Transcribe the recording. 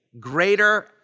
greater